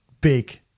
big